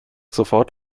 sofort